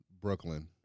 Brooklyn